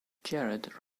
jarrett